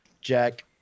Jack